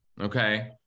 Okay